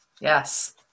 Yes